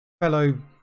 fellow